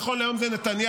נכון להיום זה נתניהו,